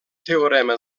teorema